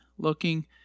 looking